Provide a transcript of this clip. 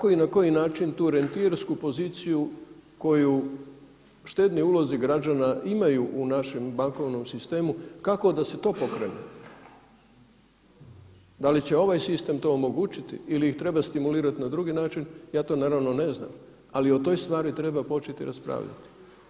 I kako i na koji način tu … poziciju koju štedni ulozi građana imaju u našem bankovnom sistemu, kako da se to pokrene, da li će ovaj sistem to odlučiti ili ih treba stimulirati na drugi način, ja to naravno ne znam ali o toj stvari treba početi raspravljati.